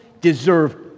deserve